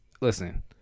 Listen